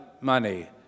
money